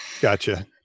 gotcha